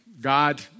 God